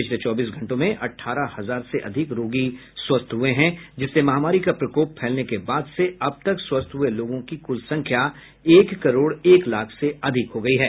पिछले चौबीस घंटों में अठारह हजार से अधिक रोगी स्वस्थ हुए हैं जिससे महामारी का प्रकोप फैलने के बाद से अब तक स्वस्थ हुए लोगों की कुल संख्या एक करोड़ एक लाख से अधिक हो गई है